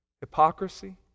hypocrisy